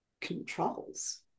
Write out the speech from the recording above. controls